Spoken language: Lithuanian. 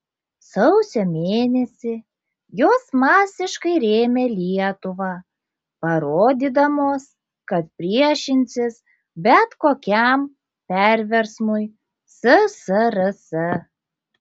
sausio mėnesį jos masiškai rėmė lietuvą parodydamos kad priešinsis bet kokiam perversmui ssrs